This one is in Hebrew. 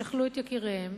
שכלו את יקיריהם.